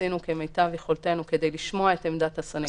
עשינו כמיטב יכולתנו כדי לשמוע את עמדת הסנגוריה.